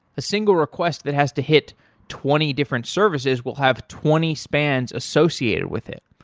a single request that has to hit twenty different services will have twenty spans associated with it.